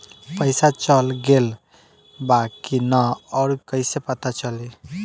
पइसा चल गेलऽ बा कि न और कइसे पता चलि?